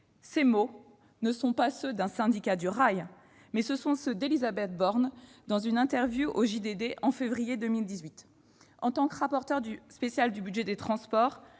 Ces mots ne sont pas ceux d'un syndicat du rail, mais ceux d'Élisabeth Borne dans une interview accordée au en février 2018. En tant que rapporteur spécial du budget des transports,